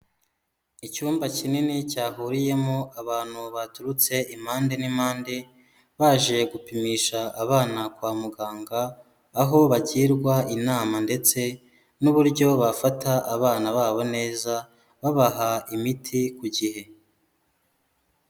Icyumba kinini cyahuriyemo abantu baturutse impande n'impande, baje gupimisha abana kwa muganga, aho bagirwa inama ndetse n'uburyo bafata abana babo neza, babaha imiti ku gihe.